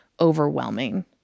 overwhelming